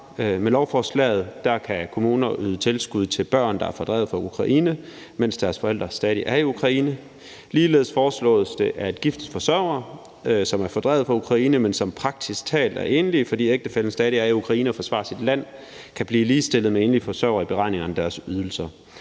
Med lovforslaget kan kommuner yde tilskud til børn, der er fordrevet fra Ukraine, mens deres forældre stadig er i Ukraine. Ligeledes foreslås det, at gifte forsørgere, som er fordrevet fra Ukraine, men som praktisk talt er enlige, fordi ægtefællen stadig er i Ukraine for at forsvare sit land, kan blive ligestillet med enlige forsørgere i beregningerne af deres ydelser.